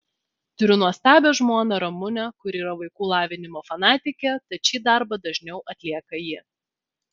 turiu nuostabią žmoną ramunę kuri yra vaikų lavinimo fanatikė tad šį darbą dažniau atlieka ji